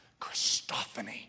Christophany